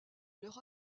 leur